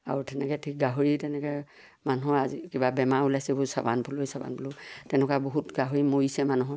আৰু তেনেকৈ ঠিক গাহৰি তেনেকৈ মানুহৰ আজি কিবা বেমাৰ ওলাইছে এইবোৰ চুৱাইন ফ্লু চুৱাইন ফ্লু তেনেকুৱা বহুত গাহৰি মৰিছে মানুহৰ